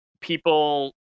people